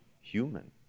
human